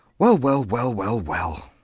well, well, well, well, well!